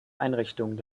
einrichtungen